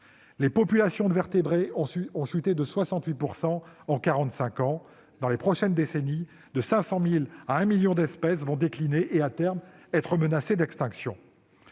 Les populations de vertébrés ont chuté de 68 % en 45 ans. Au cours des prochaines décennies, de 500 000 à 1 million d'espèces vont décliner et seront, à terme, menacées d'extinction.